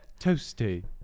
Toasty